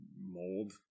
mold